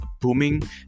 booming